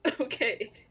okay